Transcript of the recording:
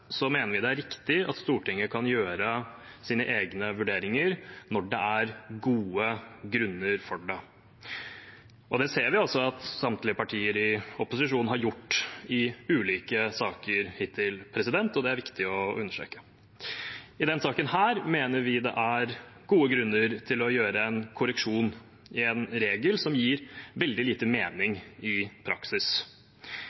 mener vi det er riktig at Stortinget kan gjøre sine egne vurderinger når det er gode grunner for det. Det ser vi også at samtlige partier i opposisjon har gjort i ulike saker hittil, og det er det viktig å understreke. I denne saken mener vi det er gode grunner til å gjøre en korreksjon i en regel som gir veldig lite mening